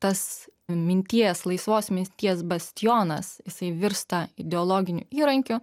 tas minties laisvos minties bastionas jisai virsta ideologiniu įrankiu